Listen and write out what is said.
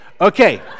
Okay